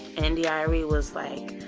india arie was like,